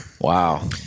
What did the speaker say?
Wow